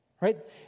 right